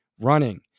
running